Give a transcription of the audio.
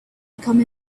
become